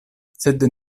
sed